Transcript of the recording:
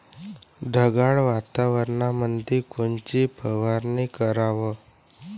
ढगाळ वातावरणामंदी कोनची फवारनी कराव?